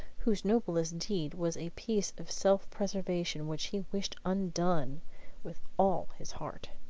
whose noblest deed was a piece of self preservation which he wished undone with all his heart.